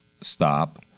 stop